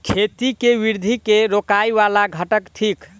खेती केँ वृद्धि केँ रोकय वला घटक थिक?